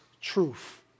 truth